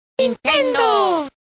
Nintendo